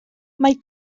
mae